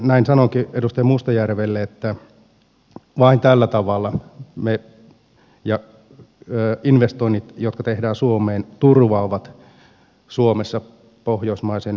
näin sanonkin edustaja mustajärvelle että vain tällä tavalla investoinnit jotka tehdään suomeen turvaavat suomessa pohjoismaisen hyvinvointiyhteiskunnan